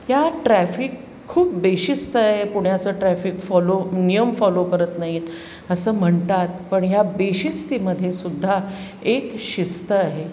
ह्या ट्रॅफिक खूप बेशिस्त आहे पुण्याचं ट्रॅफिक फॉलो नियम फॉलो करत नाहीत असं म्हणतात पण ह्या बेशिस्तीमध्ये सुद्धा एक शिस्त आहे